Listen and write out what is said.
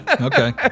Okay